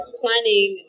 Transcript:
planning